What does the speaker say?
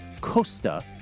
Costa